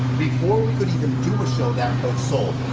before we could even do a show that got sold,